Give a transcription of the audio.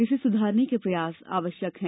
इसे सुधारने के प्रयास आवश्यक हैं